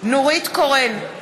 נורית קורן,